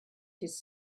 his